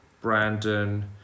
Brandon